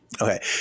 Okay